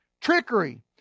Trickery